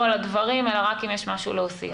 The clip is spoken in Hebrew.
על הדברים אלא רק אם יש משהו להוסיף.